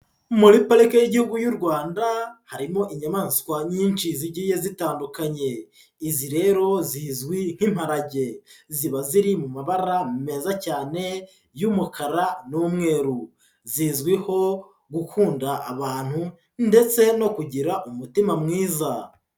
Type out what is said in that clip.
Muri parike y'Igihugu y'u Rwanda, harimo inyamaswa nyinshi zigiye zitandukanye, izi rero zizwi nk'imparage ziba ziri mu mabara meza cyane y'umukara n'umweru, zizwiho gukunda abantu ndetse no kugira umutima mwiza.